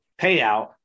payout